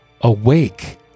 Awake